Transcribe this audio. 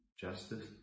justice